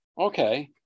Okay